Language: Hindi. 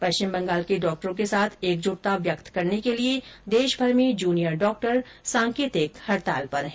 पश्चिम बंगाल के डॉक्टरों के साथ एकजुटता व्यक्त करने के लिए देश भर में जूनियर डॉक्टर सांकेतिक हड़ताल पर हैं